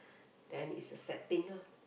then it's a sad thing lah